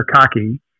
cocky